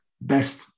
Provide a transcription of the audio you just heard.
best